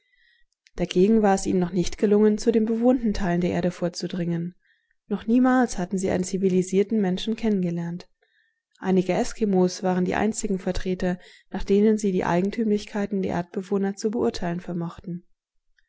dagegen war es ihnen noch nicht gelungen zu den bewohnten teilen der erde vorzudringen noch niemals hatten sie einen zivilisierten menschen kennengelernt einige eskimos waren die einzigen vertreter nach denen sie die eigentümlichkeiten der erdbewohner zu beurteilen vermochten